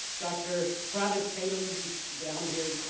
dr. travis tatum who's down here.